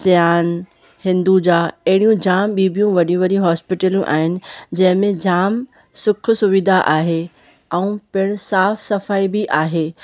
सियान हिंदूजा अहिड़ियूं जामु ॿी बियूं वॾियूं वॾियूं हॉस्पीटलियूं आहिनि जंहिंमें जामु सुखु सुविधा आहे ऐं पिणु साफ़ु सफ़ाई बि आहे